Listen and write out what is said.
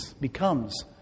becomes